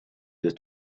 the